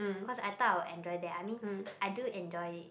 cause I thought I will enjoy that I mean I do enjoy it